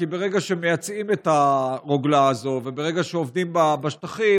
כי ברגע שמייצאים את הרוגלה הזאת וברגע שעובדים בשטחים,